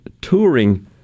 touring